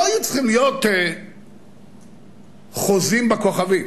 לא היו צריכים להיות חוזים בכוכבים